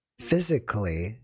physically